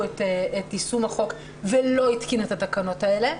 את יישום החוק ולא התקין את התקנות האלה,